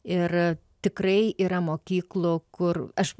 ir tikrai yra mokyklų kur aš